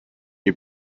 you